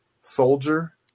soldier